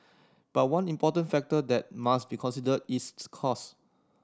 but one important factor that must be considered is cost